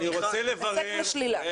הישג לשלילה.